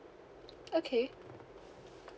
okay